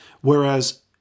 Whereas